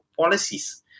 policies